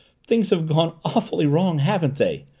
things have gone awfully wrong, haven't they?